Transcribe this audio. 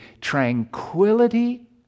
tranquility